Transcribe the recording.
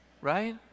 Right